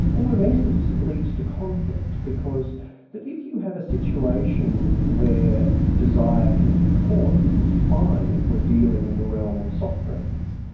well mimesis leads to conflict because if you have a situation where desire can be caught, this is fine if we're dealing in the realm of soft drinks.